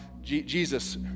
Jesus